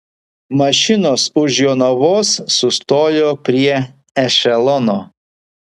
mašinos už jonavos sustojo prie ešelono